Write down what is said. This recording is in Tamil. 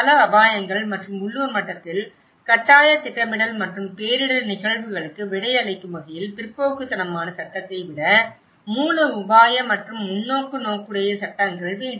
பல அபாயங்கள் மற்றும் உள்ளூர் மட்டத்தில் கட்டாயத் திட்டமிடல் மற்றும் பேரிடர் நிகழ்வுகளுக்கு விடையளிக்கும் வகையில் பிற்போக்குத்தனமான சட்டத்தை விட மூல உபாய மற்றும் முன்னோக்கு நோக்குடைய சட்டங்கள் வேண்டும்